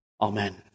Amen